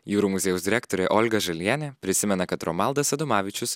jūrų muziejaus direktorė olga žalienė prisimena kad romaldas adomavičius